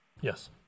Yes